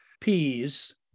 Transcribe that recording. peas